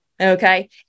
Okay